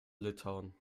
litauen